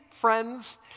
friends